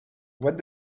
what